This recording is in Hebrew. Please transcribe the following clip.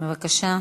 בבקשה.